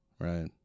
Right